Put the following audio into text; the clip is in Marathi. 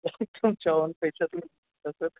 तसं तुमच्या ओन पैशातून कसं